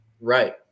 Right